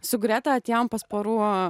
su greta atėjom pas porų